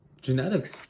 Genetics